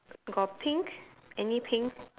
got pink any pink